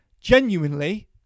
genuinely